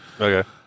Okay